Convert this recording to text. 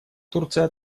турция